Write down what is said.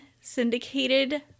syndicated